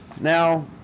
Now